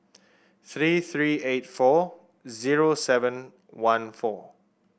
three three eight four zero seven one four